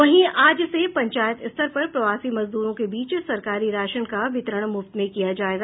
वहीं आज से पंचायत स्तर पर प्रवासी मजदूरों के बीच सरकारी राशन का वितरण मुफ्त में किया जायेगा